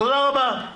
תודה רבה.